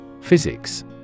Physics